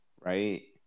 right